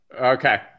Okay